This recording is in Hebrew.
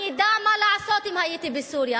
אני אדע מה לעשות אם הייתי בסוריה,